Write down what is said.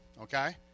Okay